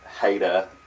hater